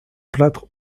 plâtre